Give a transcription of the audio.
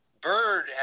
Bird